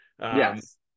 Yes